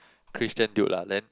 Christian dude lah then